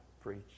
preach